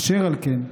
אשר על כן,